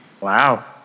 Wow